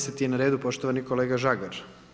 10. je na redu poštovani kolega Žagar.